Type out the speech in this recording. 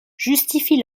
justifie